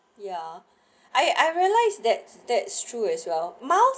ya I I realize that that's true as well miles